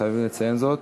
חייבים לציין זאת,